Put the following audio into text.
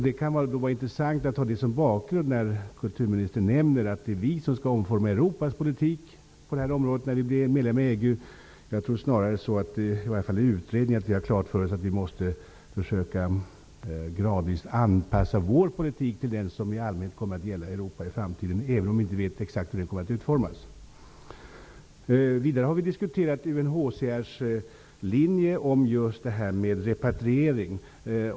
Det kan vara intressant att ha det som bakgrund när kulturministern nämner att det är vi som skall omforma Europas politik på det här området när vi blir medlemmar i EG. Jag tror att vi i utredningen har klart för oss att vi gradvis måste försöka anpassa vår politik till den som i allmänhet kommer att gälla i Europa i framtiden, även om vi inte vet exakt hur den kommer att utformas. Vi har vidare diskuterat UNHCR:s linje när det gäller detta med repatriering.